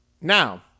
Now